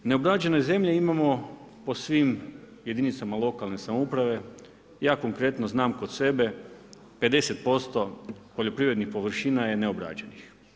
Neobrađene zemlje imamo po svim jedinicama lokalne samouprave, ja konkretno znam kod sebe 50% poljoprivrednih površina je neobrađenih.